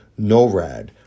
NORAD